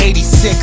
86